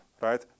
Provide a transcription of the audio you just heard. right